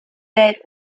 welt